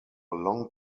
long